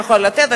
יכול לתת זאת.